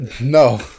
no